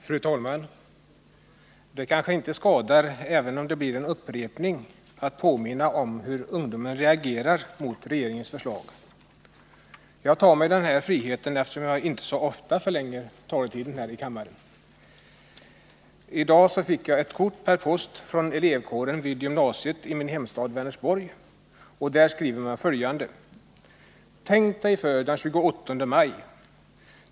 Fru talman! Det kanske inte skadar — även om det blir en upprepning — att påminna om hur ungdomen reagerar mot regeringens förslag. Jag tar mig denna frihet eftersom jag inte så ofta förlänger taletiden här i kammaren. I dag fick jag ett kort per post från elevkåren vid gymnasiet i min hemstad Vänersborg. Där skriver man följande: ”Tänk Dig för den 28:e maj.